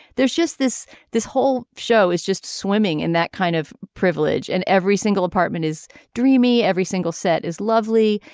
there's just this this whole show is just swimming in that kind of privilege and every single apartment is dreamy every single set is lovely.